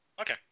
okay